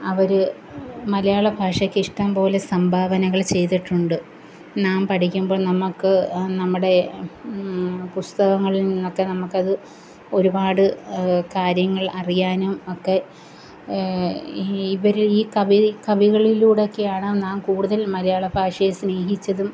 അവർ മലയാളഭാഷക്ക് ഇഷ്ടംപോലെ സംഭാവനകള് ചെയ്തിട്ടുണ്ട് നാം പഠിക്കുമ്പോള് നമുക്ക് നമ്മുടെ പുസ്തകങ്ങളില് നിന്നൊക്കെ നമുക്കത് ഒരുപാട് കാര്യങ്ങള് അറിയാനും ഒക്കെ ഇവർ ഈ കവി കവികളിലൂടെ ഒക്കെയാണ് നാം കൂടുതല് മലയാള ഭാഷയെ സ്നേഹിച്ചതും